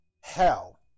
Hell